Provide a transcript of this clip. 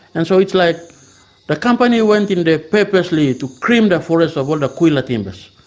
and so it's like the company went in there purposely to cream the forest of all the kwila timbers.